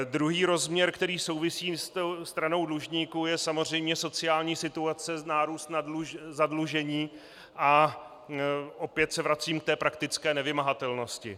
Druhý rozměr, který souvisí se stranou dlužníků, je samozřejmě sociální situace, nárůst zadlužení a opět se vracím k praktické nevymahatelnosti.